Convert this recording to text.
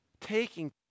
taking